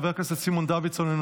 חבר הכנסת סימון דוידסון,